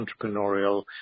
entrepreneurial